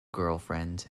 girlfriend